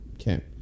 Okay